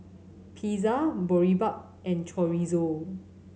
Pizza Boribap and Chorizo